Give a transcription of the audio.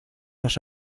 las